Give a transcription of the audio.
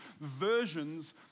versions